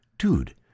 Dude